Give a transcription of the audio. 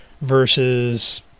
Versus